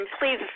please